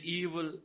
evil